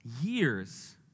years